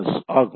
S ஆகும்